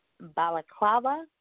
balaclava